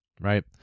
right